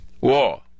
war